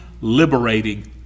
liberating